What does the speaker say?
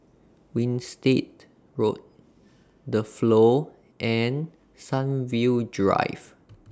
Winstedt Road The Flow and Sunview Drive